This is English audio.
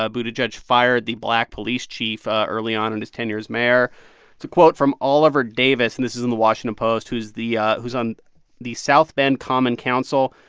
ah buttigieg fired the black police chief ah early on in his tenure as mayor it's a quote from oliver davis and this is in the washington post who's the ah who's on the south bend common council.